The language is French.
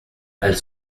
elles